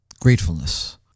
gratefulness